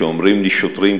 אומרים לי שוטרים,